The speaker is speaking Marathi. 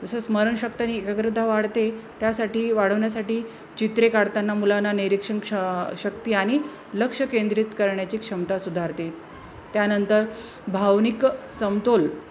जसं स्मरणशक्ती आणि एकाग्रता वाढते त्यासाठी वाढवण्यासाठी चित्रे काढताना मुलांना निरीक्षण क्ष शक्ती आणि लक्ष केंद्रित करण्याची क्षमता सुधारते त्यानंतर भावनिक समतोल